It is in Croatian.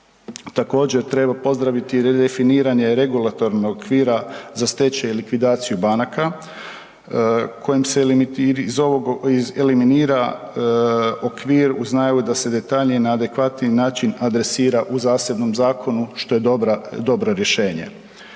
Također treba pozdraviti i redefiniranje regulatornog okvira za stečaj i likvidaciju banaka kojim se iz ovog eliminira okvir uz najavu da se detaljnije na adekvatniji način adresira u zasebnom zakonu što je dobra, dobro rješenje.